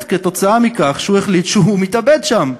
כתוצאה מכך שהוא החליט שהוא מתאבד שם.